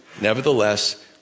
Nevertheless